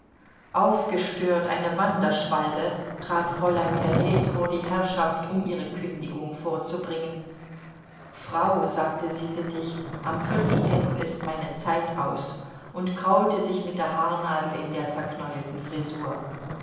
aufgestört eine wanderschwalbe trat fräulein theres vor die herrschaft um ihre kündigung vorzubringen frau sagte sie sittig am fünfzehnten ist meine zeit aus und kraulte sich mit der haarnadel in der zerknäulten frisur